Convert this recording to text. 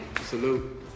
Salute